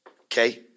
okay